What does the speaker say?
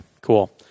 Cool